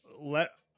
let